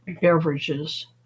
beverages